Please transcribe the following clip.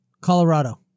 Colorado